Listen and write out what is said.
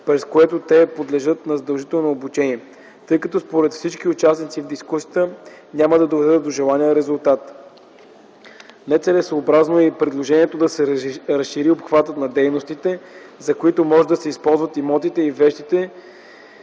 през което те подлежат на задължително обучение, тъй като според всички участници в дискусията няма да доведат до желания резултат. Нецелесъобразно е и предложението да се разшири обхватът на дейностите, за които може да се използват имотите и вещите,